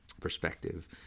perspective